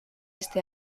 este